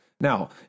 Now